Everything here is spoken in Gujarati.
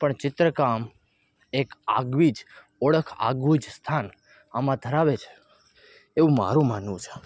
પણ ચિત્રકામ એક આગવી જ ઓળખ આગવું જ સ્થાન આમાં ધરાવે છે એવું મારું માનવું છે